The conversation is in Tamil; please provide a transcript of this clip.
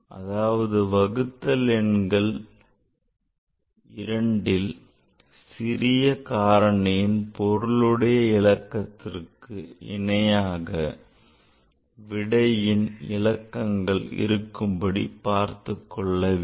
அதாவது வகுத்தல் எண்கள் இரண்டில் சிறிய காரணியின் பொருளுடைய இலக்கத்திற்கு இணையாக விடையின் இலக்கங்கள் இருக்கும்படி பார்த்துக் கொள்ள வேண்டும்